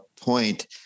point